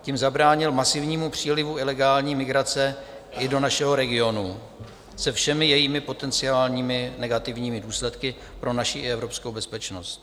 Tím zabránil masivnímu přílivu ilegální migrace i do našeho regionu se všemi jejími potenciálními negativními důsledky pro naši i evropskou bezpečnost.